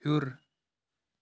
ہیوٚر